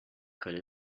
could